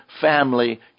family